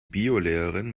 biolehrerin